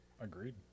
Agreed